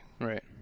Right